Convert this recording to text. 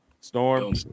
Storm